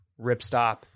ripstop